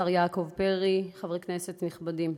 השר יעקב פרי, חברי כנסת נכבדים,